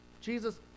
Jesus